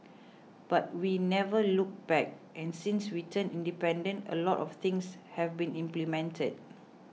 but we never looked back and since we turned independent a lot of things have been implemented